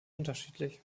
unterschiedlich